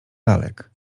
lalek